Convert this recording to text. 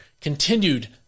continued